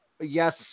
yes